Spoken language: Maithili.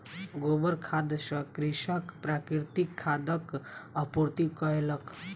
गोबर खाद सॅ कृषक प्राकृतिक खादक आपूर्ति कयलक